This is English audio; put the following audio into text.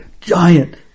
Giant